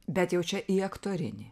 bet jau čia į aktorinį